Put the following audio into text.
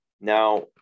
Now